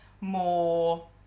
more